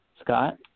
Scott